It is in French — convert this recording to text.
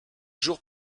jours